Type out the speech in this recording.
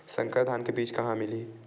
संकर धान के बीज कहां मिलही?